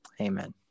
Amen